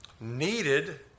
needed